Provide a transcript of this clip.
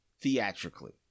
theatrically